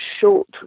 short